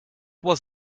was